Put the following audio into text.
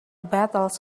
battles